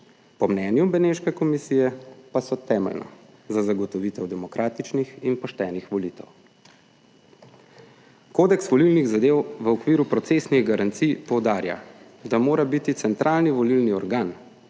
Po mnenju Beneške komisije pa so temeljna za zagotovitev demokratičnih in poštenih volitev. Kodeks volilnih zadev v okviru procesnih garancij poudarja, da mora biti centralni volilni organ,